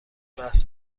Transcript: بحث